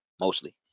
mostly